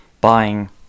buying